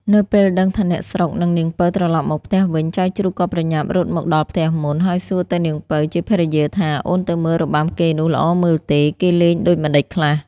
នៅពេលដឹងថាអ្នកស្រុកនិងនាងពៅត្រឡប់មកផ្ទះវិញ ចៅជ្រូកក៏ប្រញាប់រត់មកដល់ផ្ទះមុន ហើយសួរទៅនាងពៅជាភរិយាថា អូនទៅមើលរបាំគេនោះល្អមើលទេ? គេលេងដូចម្ដេចខ្លះ?។